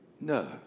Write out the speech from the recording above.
No